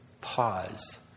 pause